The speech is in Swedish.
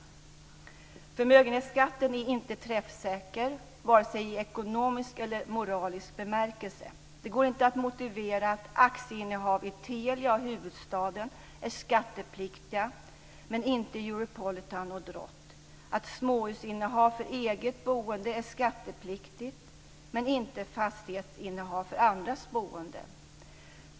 Förmögenhetsskatten är inte träffsäker, vare sig i ekonomisk eller moralisk bemärkelse. Det går inte att motivera att aktieinnehav i Telia och Huvudstaden är skattepliktiga men inte aktieinnehav i Europolitan och Drott eller att småshusinnehav för eget boende är skattepliktigt men inte fastighetsinnehav för andras boende.